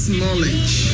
knowledge